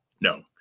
No